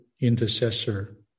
intercessor